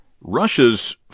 Russia's